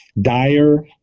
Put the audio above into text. dire